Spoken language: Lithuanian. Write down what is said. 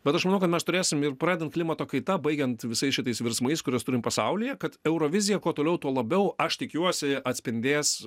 bet aš manau kad mes turėsim ir pradedan klimato kaita baigiant visais šitais virsmais kuriuos turim pasaulyje kad eurovizija kuo toliau tuo labiau aš tikiuosi atspindės